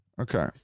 Okay